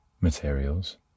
materials